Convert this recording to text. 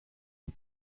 les